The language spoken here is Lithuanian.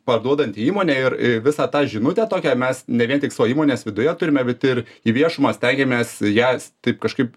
parduodanti įmonė ir visą tą žinutę tokią mes ne vien tik savo įmonės viduje turime bet ir į viešumą stengiamės jas taip kažkaip